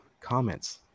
comments